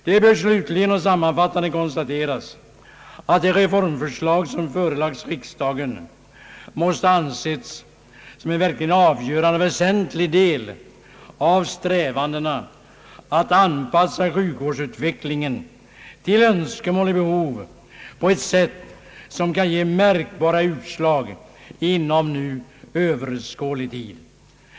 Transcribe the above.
Det bör slutligen och sammanfattande konstateras att det reformförslag som förelagts riksdagen måste anses som en verkligt avgörande och väsentlig del av strävandena att anpassa sjukvårdsutvecklingen till önskemål och behov på ett sätt som kan ge märkbara utslag inom nu överskådlig tid.